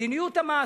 מדיניות המס,